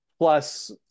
Plus